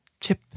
Chip